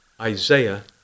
Isaiah